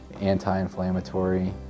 anti-inflammatory